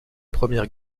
première